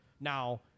Now